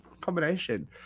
combination